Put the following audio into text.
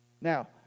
Now